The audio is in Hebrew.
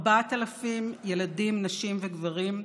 4,000 ילדים, נשים וגברים,